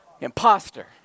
imposter